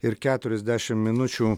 ir keturiasdešim minučių